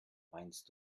meinst